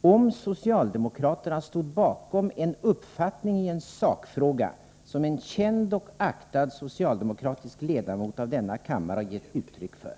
om socialdemokraterna stod bakom en uppfattning i en sakfråga som en känd och aktad socialdemokratisk ledamot av denna kammare har givit uttryck för.